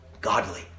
godly